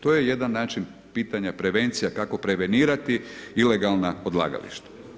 To je jedan način pitanja, prevencija, kako prevenirati ilegalna odlagališta.